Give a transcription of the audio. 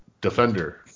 defender